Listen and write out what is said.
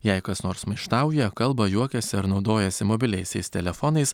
jei kas nors maištauja kalba juokiasi ar naudojasi mobiliaisiais telefonais